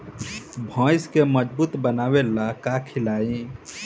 भैंस के मजबूत बनावे ला का खिलाई?